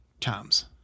times